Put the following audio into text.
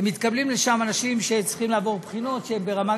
ומתקבלים לשם אנשים שצריכים לעבור בחינות שהן ברמת,